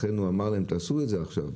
לכן הוא אמר להם תעשו את זה עכשיו,